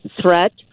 threat